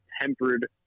tempered